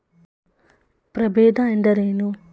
ಪ್ರಭೇದ ಎಂದರೇನು?